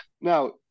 Now